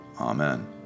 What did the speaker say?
Amen